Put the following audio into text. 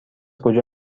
کجا